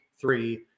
three